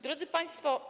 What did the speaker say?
Drodzy Państwo!